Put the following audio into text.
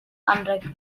anrheg